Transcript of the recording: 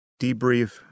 debrief